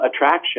attraction